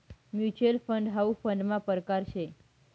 mutual fund हाउ फंडना परकार शे